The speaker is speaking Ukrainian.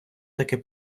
таки